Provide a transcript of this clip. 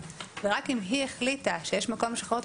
ורק אם היא החליטה שיש מקום לשחרר אותו